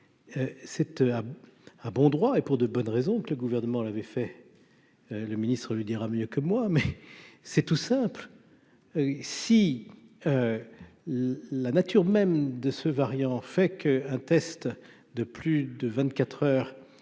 cette ah bon droit et pour de bonnes raisons, que le gouvernement l'avait fait le ministre lui dira mieux que moi, mais c'est tout simple : si la nature même de ce variant en fait qu'un test de plus de 24 heures